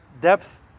depth